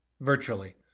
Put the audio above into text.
virtually